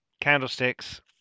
candlesticks